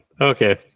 Okay